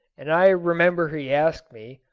and i remember he asked me,